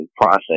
process